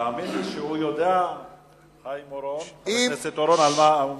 תאמין לי שחבר הכנסת אורון יודע על מה הוא מדבר.